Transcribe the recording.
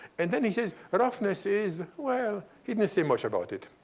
and then he says, roughness is well, he didn't say much about it.